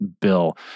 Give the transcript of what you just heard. bill